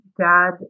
dad